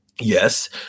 Yes